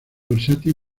versátil